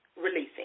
releasing